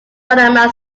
panama